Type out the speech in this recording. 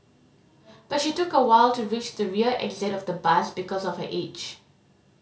but she took a while to reach the rear exit of the bus because of her age